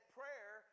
prayer